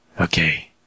Okay